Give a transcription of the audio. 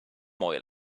oil